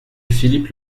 philippe